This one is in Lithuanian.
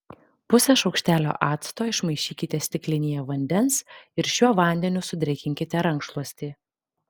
pusę šaukštelio acto išmaišykite stiklinėje vandens ir šiuo vandeniu sudrėkinkite rankšluostį